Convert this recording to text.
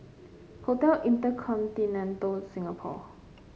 Hotel InterContinental Singapore